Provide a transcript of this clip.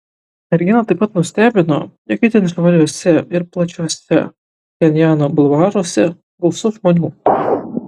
merginą taip pat nustebino jog itin švariuose ir plačiuose pchenjano bulvaruose gausu žmonių